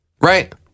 right